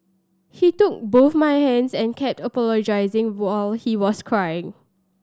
he took both my hands and kept apologising while he was crying